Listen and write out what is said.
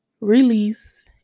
release